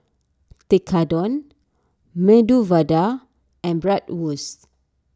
Tekkadon Medu Vada and Bratwurst